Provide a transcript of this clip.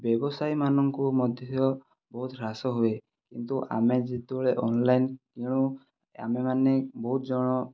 ବ୍ୟବସାୟୀମାନଙ୍କୁ ମଧ୍ୟ ବହୁତ ହ୍ରାସ ହୁଏ କିନ୍ତୁ ଆମେ ଯେତେବେଳେ ଅନ୍ଲାଇନ୍ କିଣୁ ଆମେମାନେ ବହୁତ ଜଣ